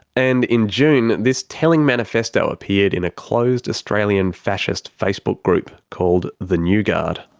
and in june, this telling manifesto appeared in a closed australian fascist facebook group called the new guard.